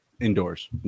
indoors